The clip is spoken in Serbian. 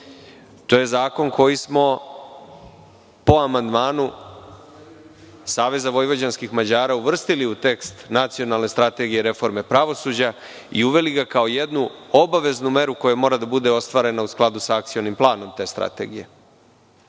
To je zakon koji smo po amandmanu SVM uvrstili u tekst Nacionalne strategije reforme pravosuđa i uveli ga kao jednu obaveznu meru koja mora da bude ostvarena u skladu sa akcionim planom te strategije.